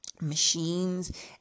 machines